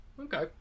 Okay